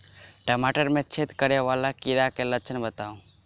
टमाटर मे छेद करै वला कीड़ा केँ लक्षण बताउ?